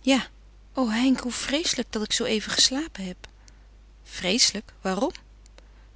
ja o henk hoe vreeselijk dat ik zoo even geslapen heb vreeselijk waarom